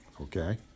okay